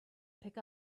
pick